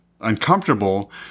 uncomfortable